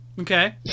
Okay